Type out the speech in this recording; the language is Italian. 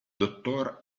dott